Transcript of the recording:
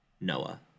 Noah